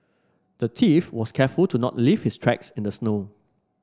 the thief was careful to not leave his tracks in the snow